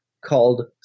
called